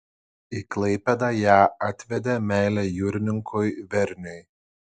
į klaipėdą ją atvedė meilė jūrininkui verniui